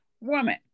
woman